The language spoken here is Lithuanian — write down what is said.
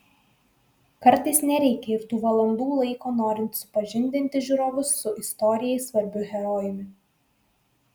kartais nereikia ir tų valandų laiko norint supažindinti žiūrovus su istorijai svarbiu herojumi